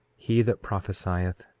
he that prophesieth,